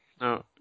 No